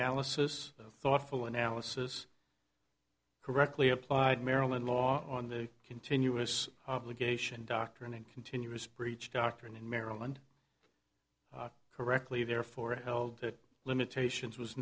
analysis thoughtful analysis correctly applied maryland law on the continuous obligation doctrine and continuous breach doctrine in maryland correctly therefore held to limitations was